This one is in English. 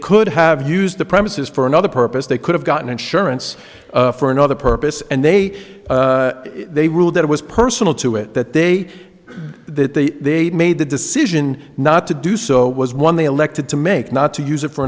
could have used the premises for another purpose they could have gotten insurance for another purpose and they they ruled that it was personal to it that they that they made the decision not to do so was one they elected to make not to use it for